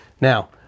Now